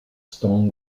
stone